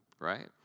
right